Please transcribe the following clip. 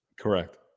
Correct